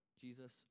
Jesus